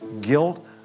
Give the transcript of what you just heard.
Guilt